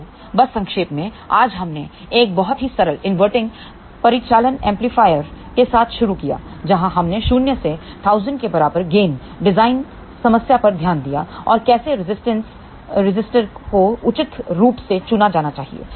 तो बस संक्षेप में आज हमने एक बहुत ही सरल inverting परिचालन एम्पलीफायर के साथ शुरू कियाजहां हमने शून्य से 1000 के बराबर गेन डिजाइन समस्या पर ध्यान दिया और कैसे रिजिस्टर को उचित रूप से चुना जाना चाहिए